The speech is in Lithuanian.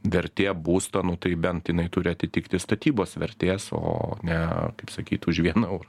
vertė būsto nu tai bent jinai turi atitikti statybos vertės o ne kaip sakyt už vieną eurą